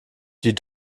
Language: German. die